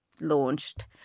launched